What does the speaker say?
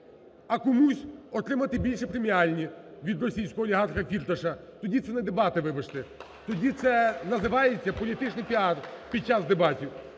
а комусь отримати більше преміальних від російського олігарха Фірташа. Тоді це не дебати, вибачте! Тоді це називається "політичний піар" під час дебатів.